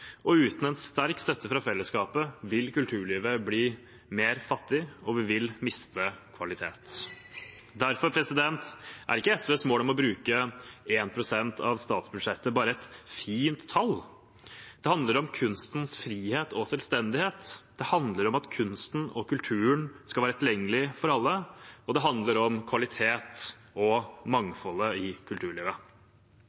og uten en sterk støtte fra fellesskapet vil kulturlivet bli mer fattig og miste kvalitet. Derfor er ikke SVs mål om å bruke 1 pst. av statsbudsjettet bare et fint tall. Det handler om kunstens frihet og selvstendighet, det handler om at kunsten og kulturen skal være tilgjengelig for alle, og det handler om kvalitet og